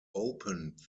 opened